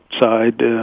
side